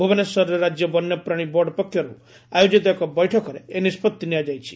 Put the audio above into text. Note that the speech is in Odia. ଭୁବନେଶ୍ୱରରେ ରାଜ୍ୟ ବନ୍ୟପ୍ରାଣୀ ବୋର୍ଡ ପକ୍ଷର୍ ଆୟୋଜିତ ଏକ ବୈଠକରେ ଏହି ନିଷ୍ବଉି ନିଆଯାଇଛି